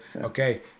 Okay